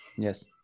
Yes